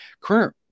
current